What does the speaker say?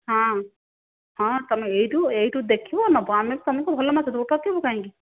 ହଁ ହଁ ତୁମେ ହଁ ଏଇଠୁ ଏଇଠୁ ଦେଖିବ ନେବ ଆମେ ତୁମକୁ ଭଲ ମାଛ ଦେବୁ ଠକିବୁ କାହିଁକି